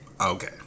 Okay